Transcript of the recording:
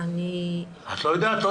את לא יודעת?